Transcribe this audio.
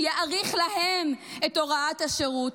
שיאריך להם את הוראת השירות,